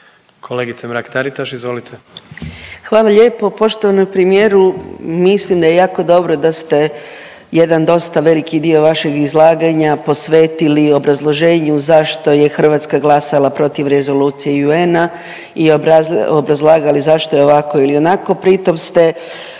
izvolite. **Mrak-Taritaš, Anka (GLAS)** Hvala lijepo. Poštovani premijeru, mislim da je jako dobro da ste jedan dosta veliki dio vašeg izlaganja posvetili obrazloženju zašto je Hrvatska glasala protiv Rezolucije UN-a i obrazlagali zašto je ovako ili onako. Pri tom ste